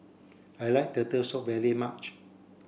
I like turtle soup very much